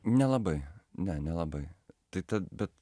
nelabai na nelabai tai tad bet